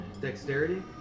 dexterity